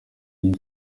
iyo